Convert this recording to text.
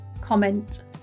comment